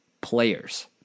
players